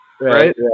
right